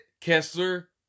Kessler